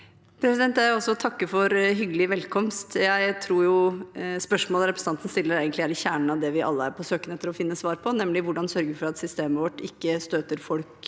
takker for en hyggelig velkomst. Jeg tror spørsmålet representanten stiller, er i kjernen av det vi alle er på søken etter å finne svar på, nemlig: Hvordan sørger vi for at systemet vårt ikke støter folk